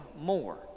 more